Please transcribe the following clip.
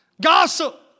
Gossip